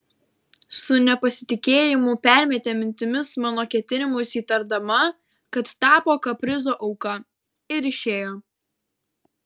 su nepasitikėjimu permetė mintimis mano ketinimus įtardama kad tapo kaprizo auka ir išėjo